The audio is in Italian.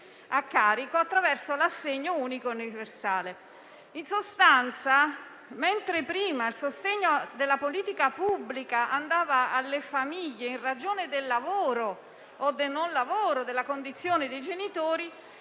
a carico attraverso l'assegno unico universale. In sostanza, mentre prima il sostegno della politica pubblica andava alle famiglie in ragione del lavoro o del non lavoro, e quindi della condizione dei genitori,